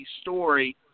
story